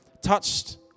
touched